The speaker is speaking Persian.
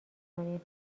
کنیم